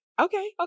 okay